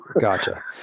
Gotcha